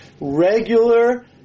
regular